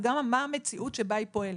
אבל גם מה המציאות שבה היא פועלת.